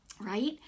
right